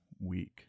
week